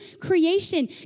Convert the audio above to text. creation